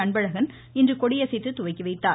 அன்பழகன் இன்று கொடியசைத்து துவக்கி வைத்தார்